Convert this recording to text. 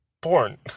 Porn